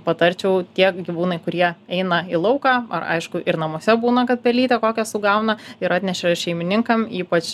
patarčiau tie gyvūnai kurie eina į lauką ar aišku ir namuose būna kad pelytę kokią sugauna ir atneša šeimininkam ypač